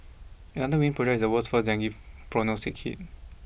another winning project is the world's first Dengue prognostic kit